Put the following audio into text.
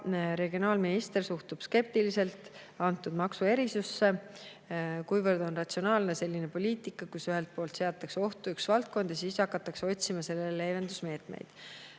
regionaalminister suhtub skeptiliselt antud maksuerisusse […]. Kuivõrd ratsionaalne on selline poliitika, kus ühelt poolt seatakse ohtu üks valdkond ja siis hakatakse otsima sellele leevendusmeetmeid?"